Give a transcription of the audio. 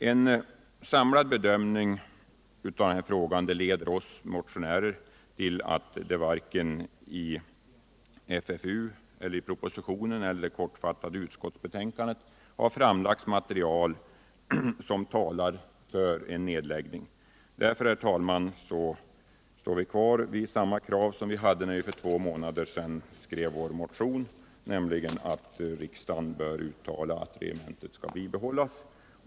En samlad bedömning leder oss motionärer till att det varken i FFU eller propositionen eller det kortfattade utskottsbetänkandet framlagts material som talar för en nedläggning. Därför, herr talman, står vi kvar vid samma krav som vi hade när vi för två månader sedan skrev vår motion, nämligen att riksdagen bör uttala att regementet skall bibehållas.